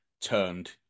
turned